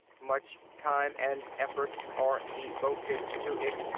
much time and effort are devoted to it.